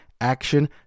Action